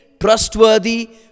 Trustworthy